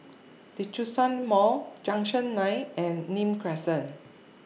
Djitsun Mall Junction nine and Nim Crescent